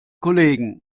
kollegen